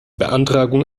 beantragung